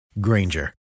Granger